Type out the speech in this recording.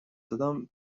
زدم